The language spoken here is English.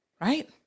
right